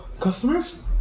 customers